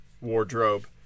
wardrobe